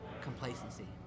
complacency